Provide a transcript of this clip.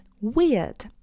weird